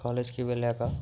కాలేజీకి వెళ్ళాక